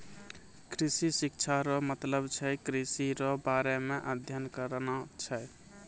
कृषि शिक्षा रो मतलब छै कृषि रो बारे मे अध्ययन करना छै